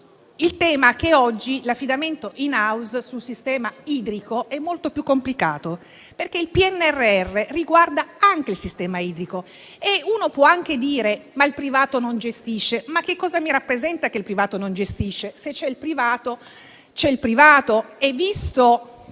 Il tema è che oggi l'affidamento *in house* del sistema idrico è molto più complicato, perché il PNRR riguarda anche il sistema idrico e uno può anche dire che il privato non gestisce. Ma che cosa mi rappresenta che il privato non gestisce? Se c'è il privato, c'è il privato e, visto